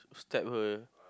stab her